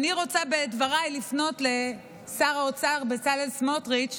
אני רוצה לפנות לשר האוצר בצלאל סמוטריץ',